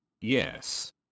yes